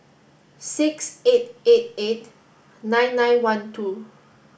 six eight eight eight nine nine one two